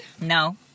No